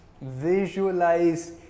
Visualize